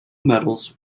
medals